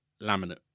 laminate